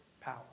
power